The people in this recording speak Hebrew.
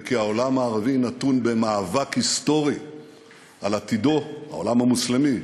וכי העולם הערבי נתון במאבק היסטורי העולם המוסלמי,